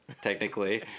technically